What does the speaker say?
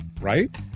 Right